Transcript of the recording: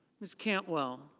ms. cantwell.